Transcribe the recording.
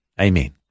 Amen